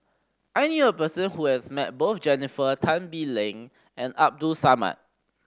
I knew a person who has met both Jennifer Tan Bee Leng and Abdul Samad